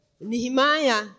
Nehemiah